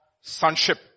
sonship